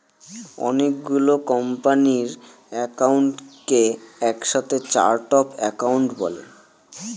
অনেকগুলো কোম্পানির একাউন্টকে এক সাথে চার্ট অফ একাউন্ট বলে